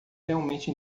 realmente